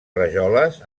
rajoles